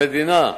המדינה,